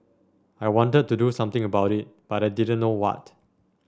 I wanted to do something about it but I didn't know what